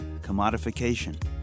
commodification